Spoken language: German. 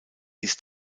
ist